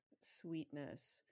sweetness